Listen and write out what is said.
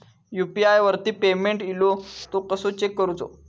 UPI वरती payment इलो तो कसो चेक करुचो?